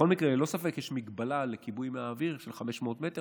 בכל מקרה, ללא ספק יש מגבלה של 500 מטר